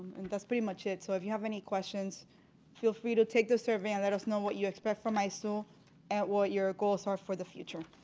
and that's pretty much it. so if you have any questions feel free to take the survey and let us know what you expect from isoo and what your goals are for the future.